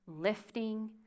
lifting